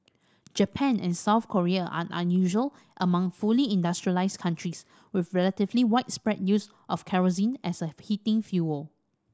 Japan and South Korea are unusual among fully industrialised countries with relatively widespread use of kerosene as a heating fuel